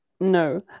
No